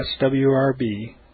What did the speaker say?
swrb